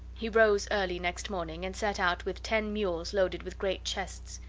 he rose early next morning, and set out with ten mules loaded with great chests.